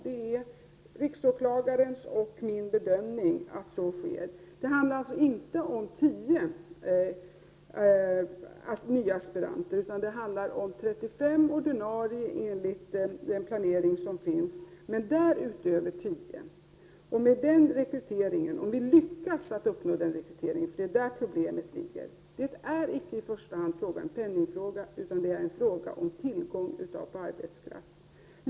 Det är riksåklagarens och min bedömning att så sker. Det handlar alltså inte om 10 nya aspiranter, utan om 35 ordinarie enligt den planering som finns och därutöver 10. Problemet ligger alltså i rekryteringen; det är icke i första hand en penningfråga, utan det är en fråga om tillgång på arbetskraft.